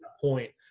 point